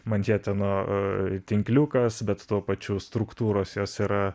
manžetė nu u tinkliukas bet tuo pačiu struktūros jos yra